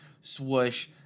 Swoosh